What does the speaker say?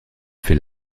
fait